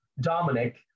Dominic